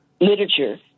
literature